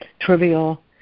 trivial